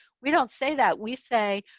we don't say that. we say,